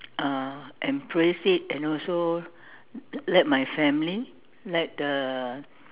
uh embrace it and also let my family let the